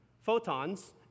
photons